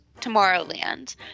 Tomorrowland